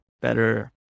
better